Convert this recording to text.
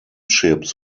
ships